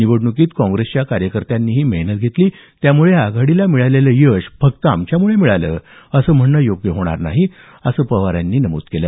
निवडणुकीत काँग्रेसच्या कार्यकर्त्यांनीही मेहनत केली त्यामुळे आघाडीला मिळालेलं यश फक्त आमच्यामुळे मिळालं असं म्हणणं योग्य होणार नाही असं पवार यांनी नमूद केलं